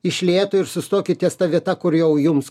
iš lėto ir sustokit ties ta vieta kur jau jums